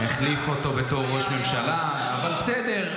הוא החליף אותו בתור ראש ממשלה, אבל בסדר.